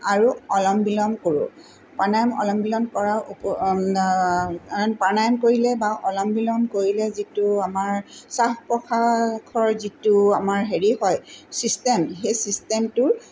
আৰু অলম বিলম কৰোঁ প্ৰাণায়াম অলম বিলম কৰা প্ৰাণায়ম কৰিলে বা অলম বিলম কৰিলে যিটো আমাৰ শ্বাস প্ৰশ্বাসৰ যিটো আমাৰ হেৰি হয় চিষ্টেম সেই চিষ্টেমটো